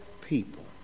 people